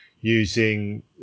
using